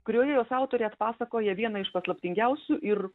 kurioje jos autorė atpasakoja vieną iš paslaptingiausių ir